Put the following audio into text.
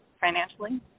Financially